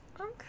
Okay